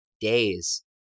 days